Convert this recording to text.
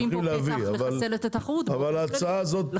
אתם